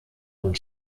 und